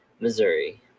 Missouri